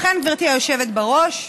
לכן, גברתי היושבת בראש,